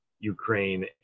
ukraine